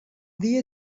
dia